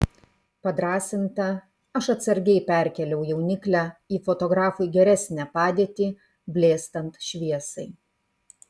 padrąsinta aš atsargiai perkėliau jauniklę į fotografui geresnę padėtį blėstant šviesai